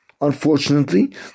unfortunately